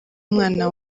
umwana